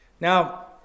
Now